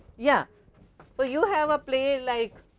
yeah so, you have a play like